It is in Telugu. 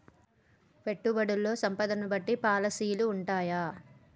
పెట్టుబడుల్లో సంపదను బట్టి పాలసీలు ఉంటయా?